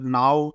now